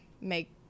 make